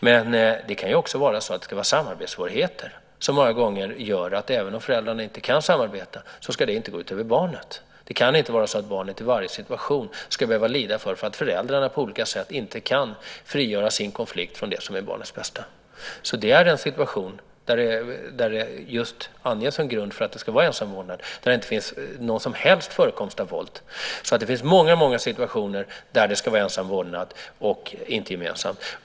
Men det kan också vara så att det är samarbetssvårigheter. Även om föräldrarna inte kan samarbeta ska det inte gå ut över barnet. Det kan inte vara så att barnet i varje situation ska behöva lida för att föräldrarna på olika sätt inte kan frigöra sin konflikt från det som är barnets bästa. Det är en situation som anges som grund för ensam vårdnad där det inte finns någon som helst förekomst av våld. Det finns många situationer där det ska vara ensam vårdnad och inte gemensam.